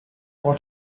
what